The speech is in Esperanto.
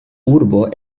urbo